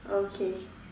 okay